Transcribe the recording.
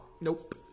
Nope